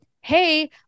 hey